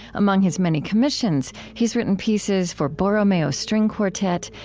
among his many commissions, he's written pieces for borromeo string quartet,